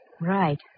Right